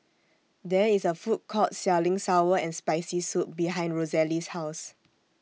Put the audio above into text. There IS A Food Court Selling Sour and Spicy Soup behind Rosalie's House